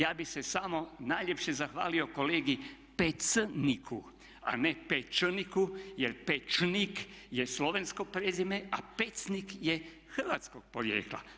Ja bih se samo najljepše zahvalio kolegi Pecniku a ne Pečniku jer Pečnik je slovensko prezime, a Pecnik je hrvatskog porijekla.